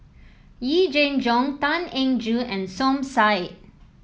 Yee Jenn Jong Tan Eng Joo and Som Said